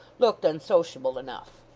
looked unsociable enough.